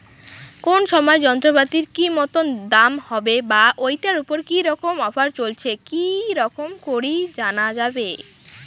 কোন সময় যন্ত্রপাতির কি মতন দাম হবে বা ঐটার উপর কি রকম অফার চলছে কি রকম করি জানা যাবে?